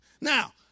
Now